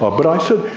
ah but i said,